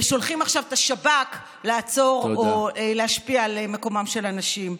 ושולחים עכשיו את השב"כ לעצור או להשפיע על מקומם של אנשים.